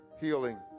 healing